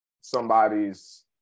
somebody's